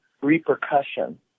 repercussion